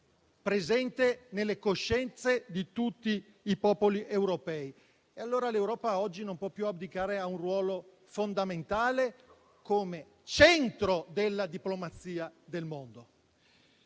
presente nelle coscienze di tutti i popoli europei. L'Europa oggi non può più abdicare a un ruolo fondamentale come centro della diplomazia del mondo.